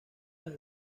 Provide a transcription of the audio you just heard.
las